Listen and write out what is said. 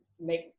make